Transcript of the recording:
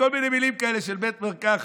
כל מיני מילים כאלה של בית מרקחת.